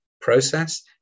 process